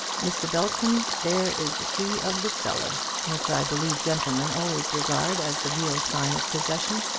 mr. belton, there is the key of the cellar which i believe gentlemen always regard as the real sign of possession.